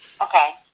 Okay